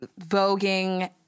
voguing